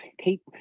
keep